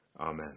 Amen